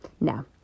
Now